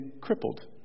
crippled